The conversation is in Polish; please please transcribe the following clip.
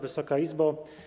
Wysoka Izbo!